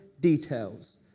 details